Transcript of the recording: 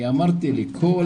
אני אמרתי לכולם